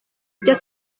byo